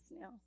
now